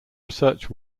research